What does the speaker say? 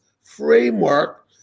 framework